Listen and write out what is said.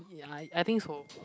I I think so